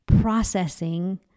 processing